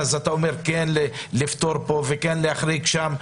אז אתה אומר כן לפטור פה וכן להחריג שם,